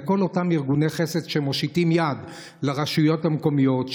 לכל אותם ארגוני חסד שמושיטים יד לרשויות המקומיות,